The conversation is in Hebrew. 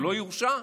שלא יורשע,